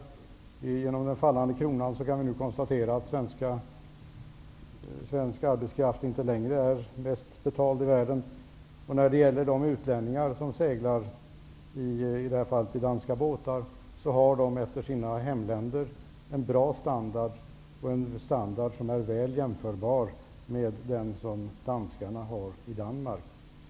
Som en följd av den fallande kronan kan vi nu konstatera att svensk arbetskraft inte längre är bäst betald i världen, och de utlänningar som seglar i danska båtar har en efter sina hemländers förhållanden bra standard, en standard som är väl jämförbar med den som danskarna har i Danmark.